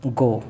go